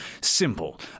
Simple